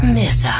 miss